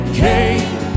came